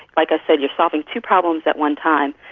like i said, you're solving two problems at one time.